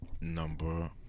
number